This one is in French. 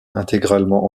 intégralement